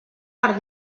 per